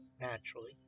naturally